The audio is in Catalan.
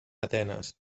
atenes